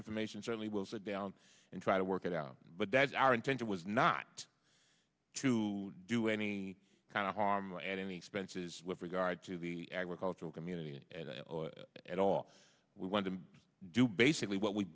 information certainly we'll sit down and try to work it out but that's our intention was not to do any kind of harm and any expenses with regard to the agricultural community and i and all we want to do basically what we've